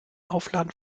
aufladen